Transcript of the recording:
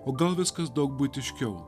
o gal viskas daug buitiškiau